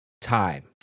time